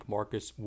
Marcus